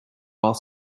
while